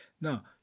Now